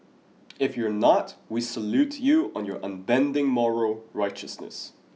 if you're not we salute you on your unbending moral righteousness